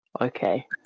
Okay